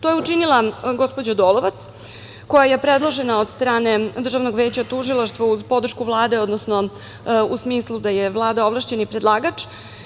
To je učinila gospođa Dolovac, koja je predložena od strane Državnog veća tužilaštva uz podršku Vlade, odnosno u smislu da je Vlada ovlašćeni predlagač.